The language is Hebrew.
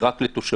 היא רק לתושבים?